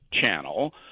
channel